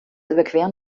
überqueren